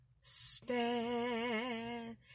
stand